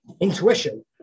intuition